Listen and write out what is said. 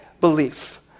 belief